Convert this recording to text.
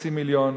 כחצי מיליון,